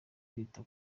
kwita